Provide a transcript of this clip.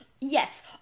Yes